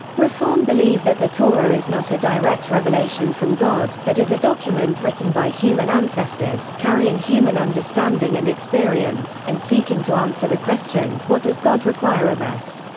reform believe that the torah is not a direct revelation from god, but is a document written by human ancestors, carrying human understanding and experience, and seeking to answer the question what does god require of us.